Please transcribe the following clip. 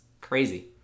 crazy